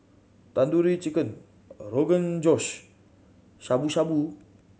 Tandoori Chicken Rogan Josh Shabu Shabu